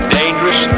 dangerous